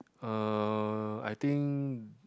uh I think